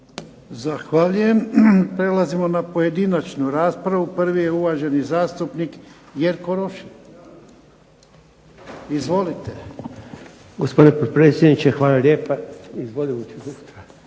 Zahvaljujem. Prelazimo na pojedinačnu raspravu. Prvi je uvaženi zastupnik Jerko Rošin. Izvolite. **Rošin, Jerko (HDZ)** Gospodine potpredsjedniče, hvala lijepa. Dobio sam